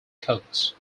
codes